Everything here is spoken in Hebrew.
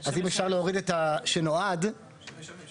אז אם אפשר להוריד את שנועד, לשמש.